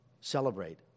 celebrate